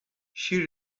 she